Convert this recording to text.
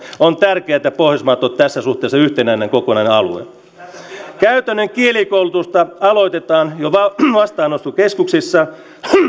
on tärkeätä että pohjoismaat on tässä suhteessa yhtenäinen kokonainen alue käytännön kielikoulutusta aloitetaan jo vastaanottokeskuksissa